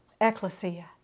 Ecclesia